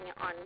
on